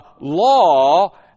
law